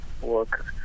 work